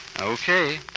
Okay